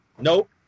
nope